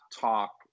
talk